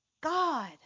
God